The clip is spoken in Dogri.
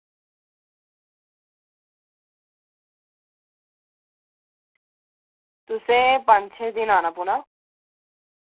तुसें पंज छे दिन आना पौना